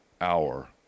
hour